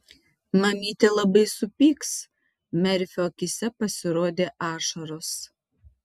mamytė labai supyks merfio akyse pasirodė ašaros